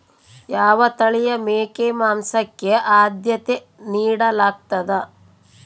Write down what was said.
ಯಾವ ತಳಿಯ ಮೇಕೆ ಮಾಂಸಕ್ಕೆ, ಆದ್ಯತೆ ನೇಡಲಾಗ್ತದ?